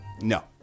No